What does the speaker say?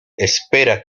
espera